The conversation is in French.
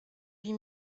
huit